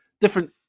Different